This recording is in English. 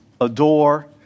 adore